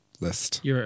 List